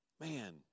Man